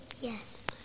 Yes